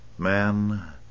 Man